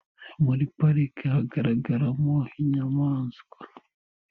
Muri parike hagaragaramo inyamanswa.